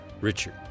Richard